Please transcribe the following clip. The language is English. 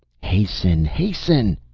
hasten! hasten!